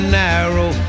narrow